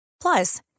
Plus